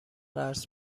قرض